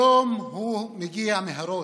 היום הוא מגיע מהראש,